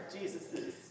Jesus's